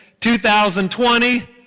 2020